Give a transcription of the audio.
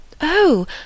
Oh